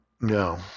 No